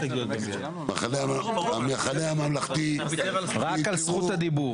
הסתייגויות קבוצת המחנה הממלכתי, כמה הסתייגויות?